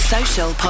Social